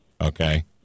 Okay